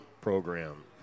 program